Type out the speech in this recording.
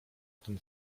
ten